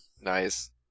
Nice